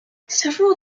several